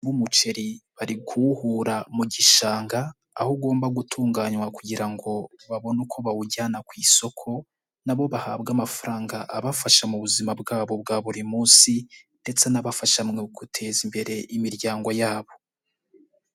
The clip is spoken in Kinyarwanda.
Umuceri bari kuwuhura mu gishanga, aho ugomba gutunganywa kugira ngo babone uko bawujyana ku isoko, na bo bahabwa amafaranga abafasha mu buzima bwabo bwa buri munsi ndetse n'abafasha mu guteza imbere imiryango yabo.